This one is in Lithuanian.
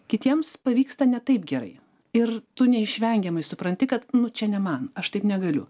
kitiems pavyksta ne taip gerai ir tu neišvengiamai supranti kad nu čia ne man aš taip negaliu